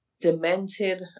demented